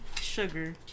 sugar